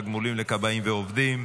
תגמולים לכבאים ועובדים),